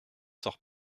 sort